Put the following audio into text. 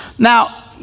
Now